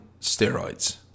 steroids